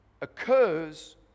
occurs